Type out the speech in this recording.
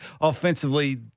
offensively